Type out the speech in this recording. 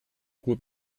gut